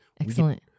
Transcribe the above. Excellent